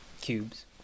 cubes